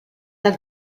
del